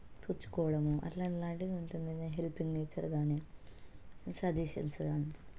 పుచ్చుకోవడము అలాంటి లాంటివి ఉంటుందండి హెల్పింగ్ నేచర్ కానీ సజెషన్స్ కానీ